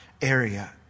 area